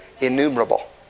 Innumerable